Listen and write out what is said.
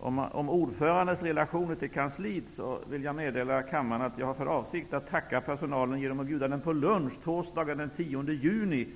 om ordförandens relationer till kansliet vill jag meddela kammaren att jag har för avsikt att tacka personalen för deras insatser genom att bjuda dem på lunch torsdag den 10 juni.